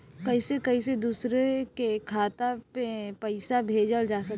कईसे कईसे दूसरे के खाता में पईसा भेजल जा सकेला?